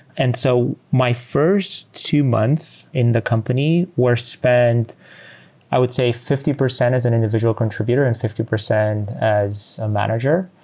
and so my first two months in the company were spent i would say fifty percent as an individual contributor and fifty percent as a manager,